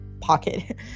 pocket